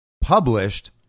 published